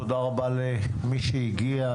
תודה רבה למי שהגיע.